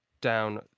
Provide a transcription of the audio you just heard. Down